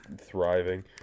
thriving